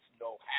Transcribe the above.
no